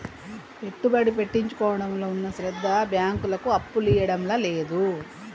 పెట్టుబడి పెట్టించుకోవడంలో ఉన్న శ్రద్ద బాంకులకు అప్పులియ్యడంల లేదు